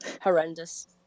Horrendous